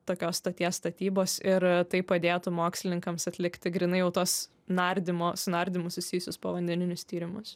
tokios stoties statybos ir tai padėtų mokslininkams atlikti grynai jau tos nardymo su nardymu susijusius povandeninius tyrimus